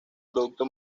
producto